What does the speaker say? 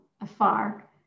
afar